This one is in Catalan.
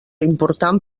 important